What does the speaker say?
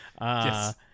Yes